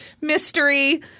mystery